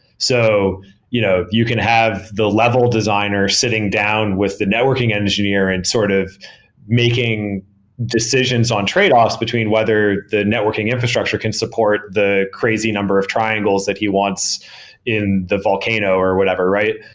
so you know you can have the level designer sitting down with the networking engineer and sort of making decisions on tradeoffs between whether the networking infrastructure can support the crazy number of triangles that he wants in the volcano or whatever, right?